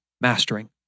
mastering